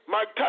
Mike